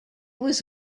was